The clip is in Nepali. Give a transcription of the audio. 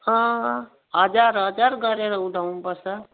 अँ हजार हजार गरेर उठाउनुपर्छ